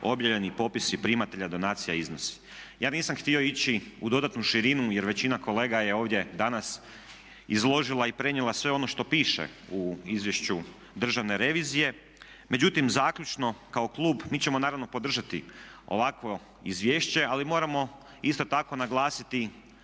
objavljeni popisi primatelja donacija i iznosi. Ja nisam htio ići u dodatnu širinu, jer većina kolega je ovdje danas izložila i prenijela sve ono što piše u izvješću Državne revizije. Međutim, zaključno kao klub mi ćemo naravno podržati ovakvo izvješće ali moramo isto tako naglasiti